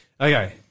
Okay